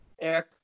Eric